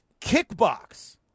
kickbox